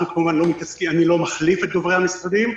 אני לא מחליף את דוברי המשרדים,